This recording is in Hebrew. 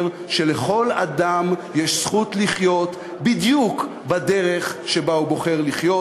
שלכל אדם יש זכות לחיות בדיוק בדרך שבה הוא בוחר לחיות.